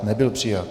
Nebyl přijat.